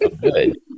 Good